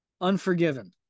Unforgiven